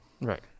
Right